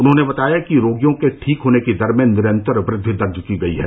उन्होंने बताया कि रोगियों के ठीक होने की दर में निरंतर वृद्वि दर्ज की गई है